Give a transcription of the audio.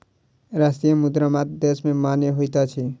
राष्ट्रीय मुद्रा मात्र देश में मान्य होइत अछि